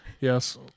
Yes